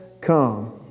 come